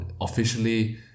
officially